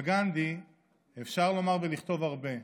על גנדי אפשר לומר ולכתוב הרבה,